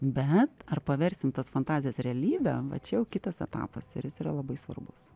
bet ar paversim tas fantazijas realybe va čia jau kitas etapas ir jis yra labai svarbus